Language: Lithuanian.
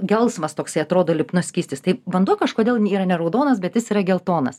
gelsvas toksai atrodo lipnus skystis taip vanduo kažkodėl yra ne raudonas bet jis yra geltonas